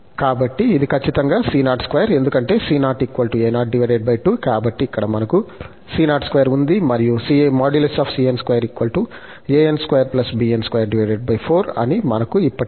కాబట్టి ఇది ఖచ్చితంగా c02 ఎందుకంటే c0 a02 కాబట్టి ఇక్కడ మనకు c02 ఉంది మరియు|cn|2 అని మనకు ఇప్పటికే తెలుసు